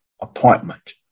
appointment